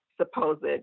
supposed